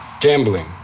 gambling